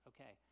Okay